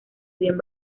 bien